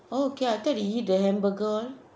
oh okay I thought he eat the hamburger all